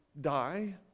die